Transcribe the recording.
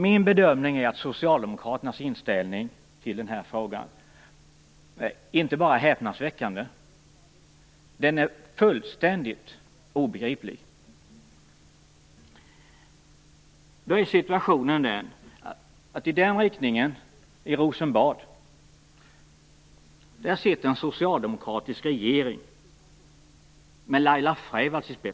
Min bedömning är att Socialdemokraternas inställning i den här frågan inte bara är häpnadsväckande. Den är fullständigt obegriplig. Situationen är den att det i Rosenbad sitter en socialdemokratisk regering där Laila Freivalds ingår.